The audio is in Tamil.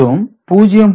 மற்றும் 0